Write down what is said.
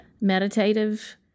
meditative